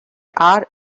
are